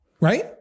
right